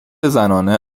زنانه